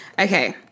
Okay